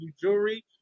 Jewelry